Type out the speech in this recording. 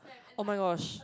oh-my-gosh